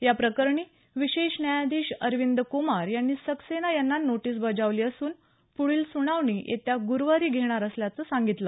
या प्रकरणी विशेष न्यायाधीश अरविंद कुमार यांनी सक्सेना यांना नोटीस बजावली असुन पुढील सुनावणी येत्या गुरुवारी घेणार असल्याचं सांगितलं